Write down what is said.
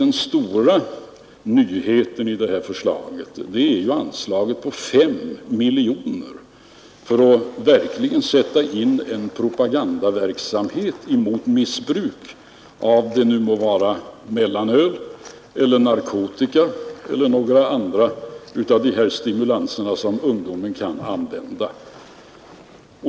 Den stora nyheten i förslaget är anslaget på 5 miljoner till propagandaverksamhet mot missbruk, det må gälla mellanöl, narkotika eller andra stimulantia som ungdomen använder.